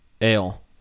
ale